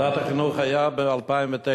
בוועדת החינוך היה ב-2009,